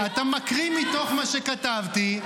-- אתה מקריא מתוך מה שכתבתי,